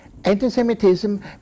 Antisemitism